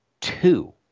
two